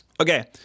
Okay